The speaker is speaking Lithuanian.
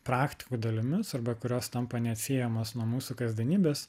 praktikų dalimis arba kurios tampa neatsiejamos nuo mūsų kasdienybės